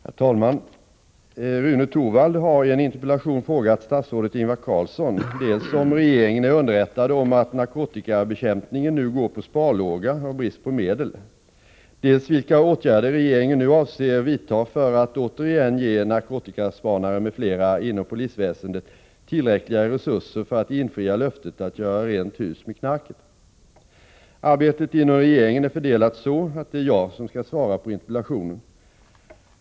Herr talman! Rune Torwald har i en interpellation frågat statsrådet Ingvar Carlsson dels om regeringen är underrättad om att narkotikabekämpningen nu går på sparlåga av brist på medel, dels vilka åtgärder regeringen nu avser vidta för att återigen ge narkotikaspanare m.fl. inom polisväsendet tillräckliga resurser för att infria löftet att göra ”rent hus med knarket”. Arbetet inom regeringen är fördelat så att det är jag som skall svara på interpellationen.